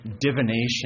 divination